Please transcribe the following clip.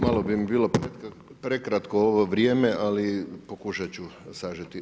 Malo bi mi bilo prekratko ovo vrijeme, ali pokušat ću sažeti.